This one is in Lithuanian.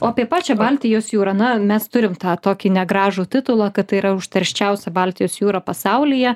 o apie pačią baltijos jūrą na mes turim tą tokį negražų titulą kad tai yra užterščiausia baltijos jūra pasaulyje